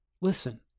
Listen